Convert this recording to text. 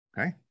Okay